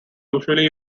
usually